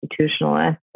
institutionalists